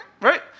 Right